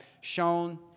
shown